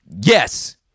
Yes